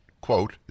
quote